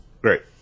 Great